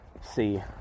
see